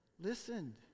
listened